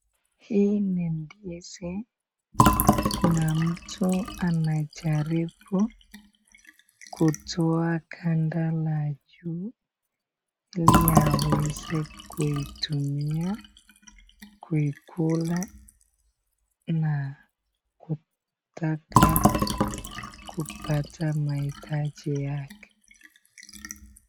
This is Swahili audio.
Hii ni ndizi na mtu anajaribu kutoa ganda la juu ili aweze kuitumia kuikula na kutaka kupata mahitaji yake.